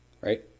right